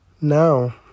Now